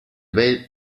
vell